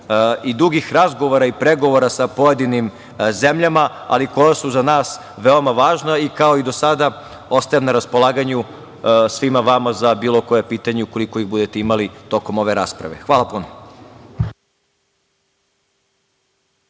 dugih razgovora i pregovora sa pojedinim zemljama, ali koja su za nas veoma važna i kao i do sada ostajem na raspolaganju svima vama za bilo koje pitanje, ukoliko ih budete imali, tokom ove rasprave. Hvala puno.